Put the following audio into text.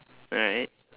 right